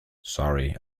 sorry